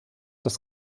das